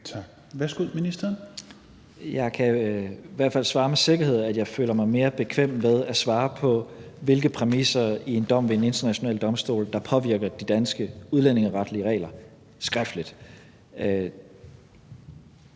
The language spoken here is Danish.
(Mattias Tesfaye): Jeg kan i hvert fald svare med sikkerhed, at jeg føler mig mere bekvem ved skriftligt at svare på, hvilke præmisser i en dom ved en international domstol der påvirker de danske udlændingeretlige regler. Men jeg